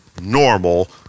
normal